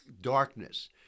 darkness